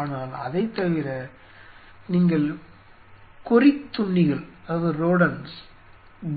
ஆனால் அதைத் தவிர நீங்கள் கொறித்துண்ணிகள்